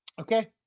Okay